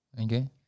Okay